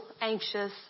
anxious